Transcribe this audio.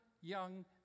young